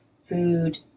food